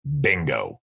Bingo